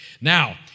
Now